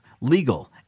legal